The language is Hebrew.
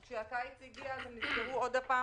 וכאשר הקיץ הגיע הם נסגרו עוד פעם,